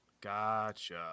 Gotcha